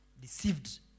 Deceived